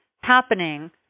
happening